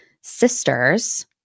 sister's